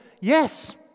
yes